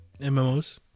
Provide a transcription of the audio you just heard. MMOs